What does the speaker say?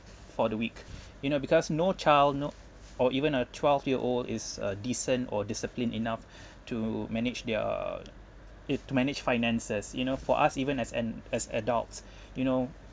for the week you know because no child no or even a twelve year old is a decent or discipline enough to manage their it to manage finances you know for us even as an as adults you know